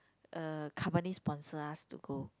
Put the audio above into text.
uh company sponsor us to go